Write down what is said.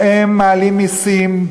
והם מעלים מסים,